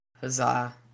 Huzzah